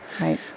Right